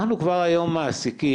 אנחנו כבר היום מעסיקים,